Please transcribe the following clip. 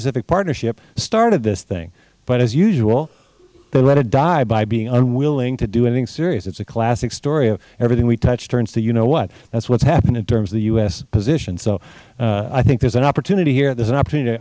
pacific partnership started this thing but as usual they let it die by being unwilling to do anything serious it is a classic story of everything we touch turns to you know what that is what has happened in terms of the u s position so i think there is an opportunity here there is an opportunity